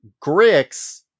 Grix